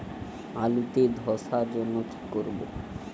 আলুতে ধসার জন্য কি করব?